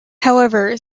however